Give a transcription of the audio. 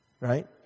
Right